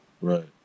right